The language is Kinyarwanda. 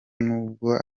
n’ubwo